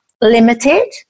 limited